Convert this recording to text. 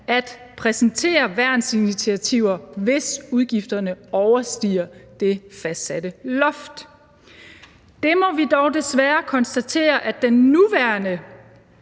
at præsentere værnsinitiativer, hvis udgifterne overstiger det fastsatte loft. Det må vi dog desværre konstatere at den nuværende